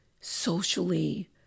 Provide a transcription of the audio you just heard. socially